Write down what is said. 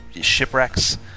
shipwrecks